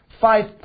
five